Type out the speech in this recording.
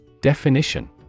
Definition